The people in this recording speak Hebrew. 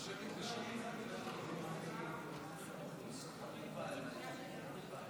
הצעת החוק של מרב מיכאלי הוסרה